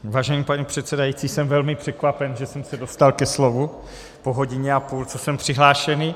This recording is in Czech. Vážený pane předsedající, jsem velmi překvapen, že jsem se dostal ke slovu po hodině a půl, co jsem přihlášený.